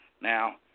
now